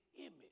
image